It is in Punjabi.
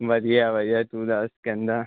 ਵਧੀਆ ਵਧੀਆ ਤੂੰ ਦੱਸ ਕਹਿੰਦਾ